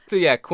yeah.